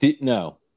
No